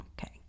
Okay